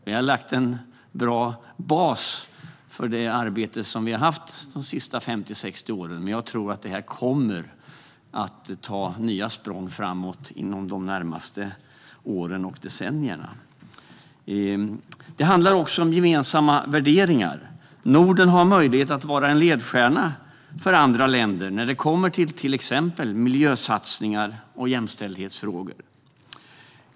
Vi har lagt en bra grund för det samarbete som vi har haft de sista 50-60 åren, men jag tror att det här kommer att ta nya språng framåt inom de närmaste åren och decennierna. Det handlar också om gemensamma värderingar. Norden har möjlighet att vara en ledstjärna för andra länder när det gäller till exempel miljösatsningar och jämställdhetsfrågor.